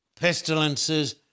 pestilences